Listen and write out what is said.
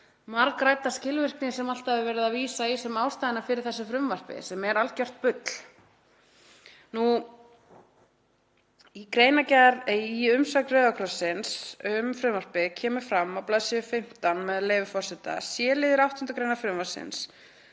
margræddu skilvirkni sem alltaf er verið að vísa í sem ástæðuna fyrir þessu frumvarpi, sem er algjört bull. Í umsögn Rauða krossins um frumvarpið kemur fram á bls. 15, með leyfi forseta: „C-liður 8. gr. frumvarpsins